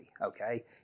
Okay